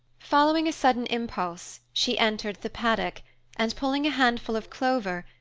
following a sudden impulse, she entered the paddock and, pulling a handful of clover,